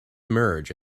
merge